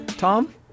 Tom